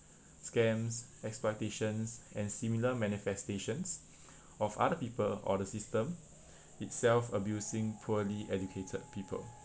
scams exploitations and similar manifestations of other people or the system itself abusing poorly educated people